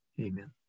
Amen